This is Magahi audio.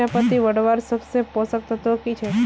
चयपत्ति बढ़वार सबसे पोषक तत्व की छे?